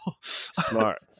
Smart